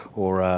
or ah